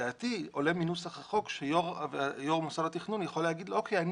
לדעתי עולה מנוסח החוק שיו"ר מוסד התכנון יכול להגיד לו: אוקיי,